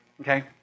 okay